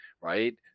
right